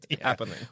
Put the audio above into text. happening